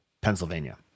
Pennsylvania